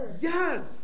Yes